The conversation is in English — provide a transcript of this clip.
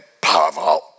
Powerful